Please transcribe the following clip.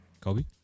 Kobe